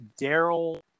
Daryl